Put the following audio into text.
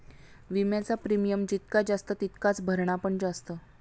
विम्याचा प्रीमियम जितका जास्त तितकाच भरणा पण जास्त